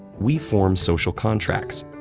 we form social contracts,